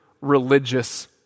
religious